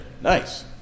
Nice